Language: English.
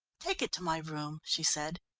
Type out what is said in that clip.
take it to my room, she said.